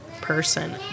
person